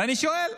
ואני שואל,